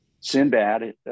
Sinbad